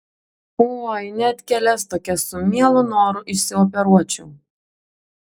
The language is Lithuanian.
oi net kelias tokias su mielu noru išsioperuočiau